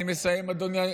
אני מסיים, אדוני.